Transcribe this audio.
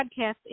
podcast